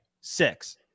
Six